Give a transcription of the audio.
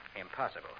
Impossible